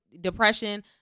depression